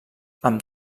amb